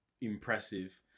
impressive